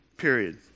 period